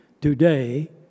today